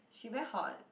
she very hot